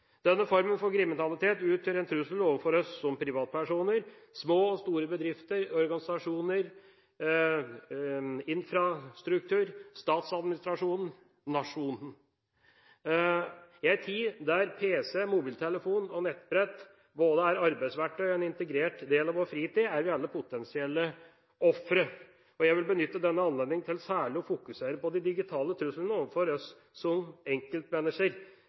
Denne formen for kriminalitet utgjør en trussel overfor oss som privatpersoner, for små og store bedrifter, organisasjoner, infrastruktur, statsadministrasjonen – og nasjonen. I en tid der pc, mobiltelefon og nettbrett både er arbeidsverktøy og en integrert del av vår fritid, er vi alle potensielle ofre. Jeg vil benytte denne anledningen til særlig å fokusere på de digitale truslene overfor oss som